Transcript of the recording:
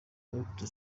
barokotse